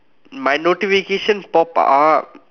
my notification pop up